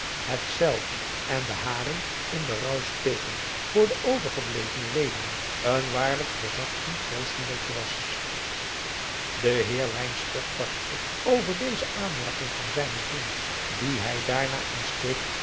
zelve en de haren in den rouw steken voor de overgeblevene weduwen een waarlijk verzachtend troostmiddeltje was de heer wynstok barstte over deze aanmerking van zijnen vriend die hij daarna een steek